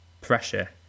pressure